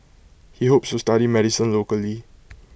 he hopes to study medicine locally